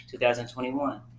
2021